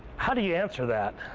how do you answer that?